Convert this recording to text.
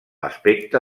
aspecte